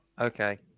Okay